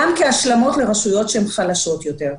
גם כהשלמות לרשויות שהן חלשות יותר.